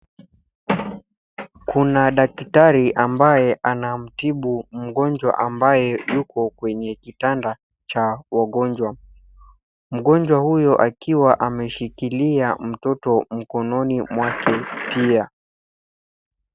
Kuna daktari ambaye anamtibu mgonjwa ambaye yuko kwenye kitanda cha wagonjwa. Mgonjwa huyo akiwa ameshikilia mtoto mkononi mwake pia.